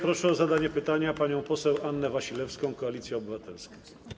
Proszę o zadanie pytania panią poseł Annę Wasilewską, Koalicja Obywatelska.